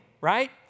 right